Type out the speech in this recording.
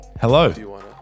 Hello